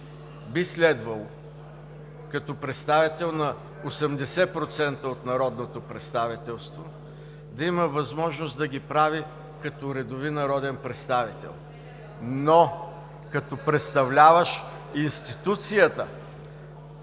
би следвало, като представител на 80% от народното представителство, да има възможност да ги прави като редови народен представител, но като представляващ институцията